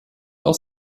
aus